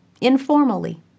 informally